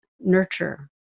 nurture